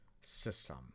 system